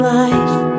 life